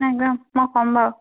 নাই একদম মই ক'ম বাৰু